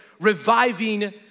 reviving